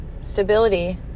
Stability